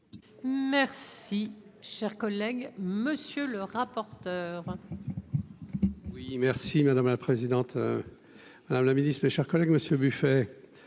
Merci, chers collègue monsieur le rapporteur. Oui merci madame la présidente, Madame la Ministre, mes chers collègues, Monsieur Buffet,